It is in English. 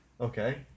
Okay